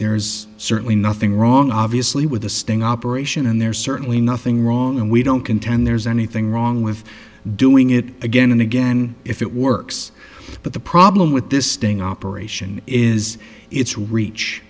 there's certainly nothing wrong obviously with a sting operation and there's certainly nothing wrong and we don't contend there's anything wrong with doing it again and again if it works but the problem with this sting operation is its reach